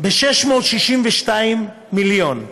ב-662 מיליון,